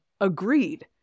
agreed